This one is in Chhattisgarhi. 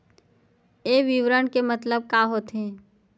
ये विवरण के मतलब का होथे?